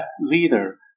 leader